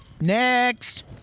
Next